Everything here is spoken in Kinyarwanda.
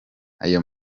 ayo